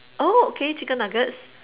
oh okay chicken-nuggets